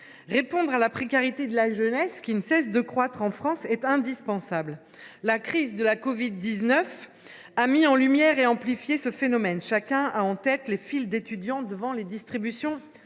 Répondre à la précarité de la jeunesse, laquelle ne cesse de croître en France, est indispensable. La crise de la covid 19 a mis en lumière et amplifié ce phénomène. Chacun a en tête les files d’étudiants devant les distributions